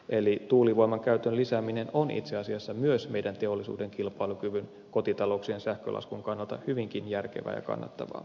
eli tuulivoiman käytön lisääminen on itse asiassa myös meidän teollisuutemme kilpailukyvyn ja kotitalouksien sähkölaskun kannalta hyvinkin järkevää ja kannattavaa